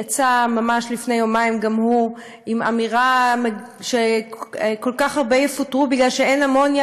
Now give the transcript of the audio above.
יצא ממש לפני יומיים גם הוא עם אמירה שכל כך הרבה יפוטרו כי אין אמוניה,